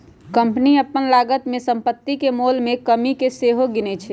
company अप्पन लागत में सम्पति के मोल में कमि के सेहो गिनै छइ